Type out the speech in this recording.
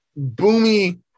Boomy